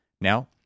Now